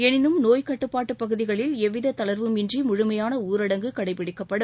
எனினும் நோய் கட்டுப்பாட்டுப் பகுதிகளில் எவ்வித தளர்வும் இன்றி முழுமையான ஊரடங்கு கடைபிடிக்கப்படும்